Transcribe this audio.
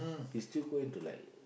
he's still going to like